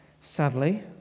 Sadly